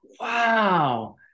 wow